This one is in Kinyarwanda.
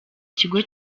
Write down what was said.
kigo